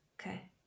okay